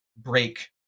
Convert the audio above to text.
break